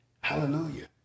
hallelujah